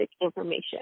information